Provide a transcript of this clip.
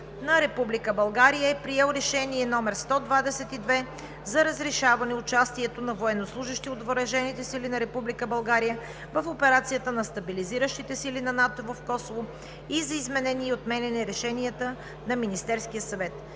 България е приел решение № 122 за разрешаване участието на военнослужещи от въоръжените сили на Република България в операцията на стабилизиращите сили на НАТО в Косово и за изменение и отменяне решенията на Министерския съвет.